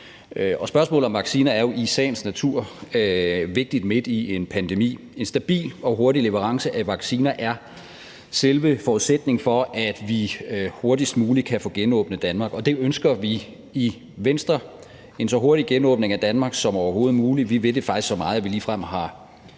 Spørgsmålet om vacciner er jo i sagens natur vigtigt midt i en pandemi. En stabil og hurtig leverance af vacciner er selve forudsætningen for, at vi hurtigst muligt kan få genåbnet Danmark, og det ønsker vi i Venstre. Vi ønsker en så hurtig genåbning af Danmark som overhovedet muligt. Vi vil det faktisk så meget, at vi ligefrem har